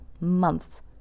months